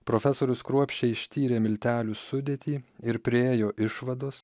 profesorius kruopščiai ištyrė miltelių sudėtį ir priėjo išvados